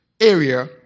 area